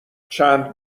چند